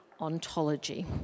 ontology